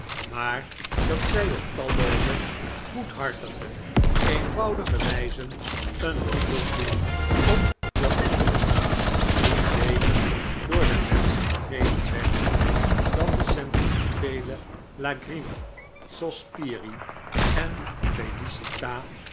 maar dat zij op tallooze goedhartige eenvoudige wijzen een beroep doen op de gevoelens die beter door de menschen begrepen werden dan de sentimenteele lagrime sospiri en felicitd